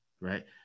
right